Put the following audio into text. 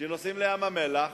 שנוסעים לים המלח,